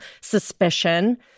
suspicion